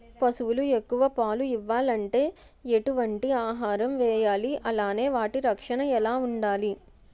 పశువులు ఎక్కువ పాలు ఇవ్వాలంటే ఎటు వంటి ఆహారం వేయాలి అలానే వాటి రక్షణ ఎలా వుండాలి?